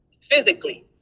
physically